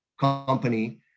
company